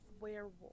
werewolf